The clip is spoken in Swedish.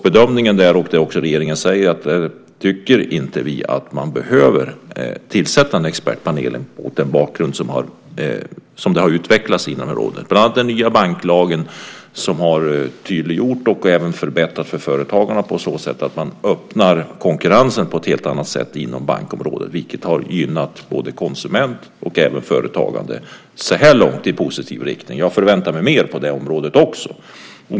Bedömningen där - och det är också det regeringen nu säger - var att vi inte tyckte att man behövde tillsätta en expertpanel mot bakgrund av hur utvecklingen har varit på området. Bland annat har ju den nya banklagen tydliggjort och förbättrat för företagarna på så sätt att man öppnat konkurrensen på ett helt annat sätt inom bankområdet, vilket så här långt har gynnat både konsumenter och företagande. Jag förväntar mig också mer på det området.